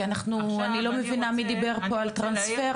כי אני לא מבינה מי דיבר פה על טרנספר,